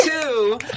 Two